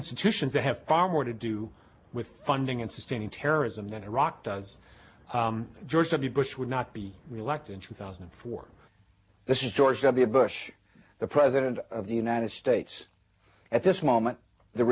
institutions that have far more to do with funding and sustaining terrorism that iraq does george w bush would not be reelected in two thousand and four this is george w bush the president of the united states at this moment the